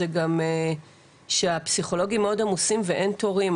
זה גם שהפסיכולוגים מאוד עמוסים ואין תורים,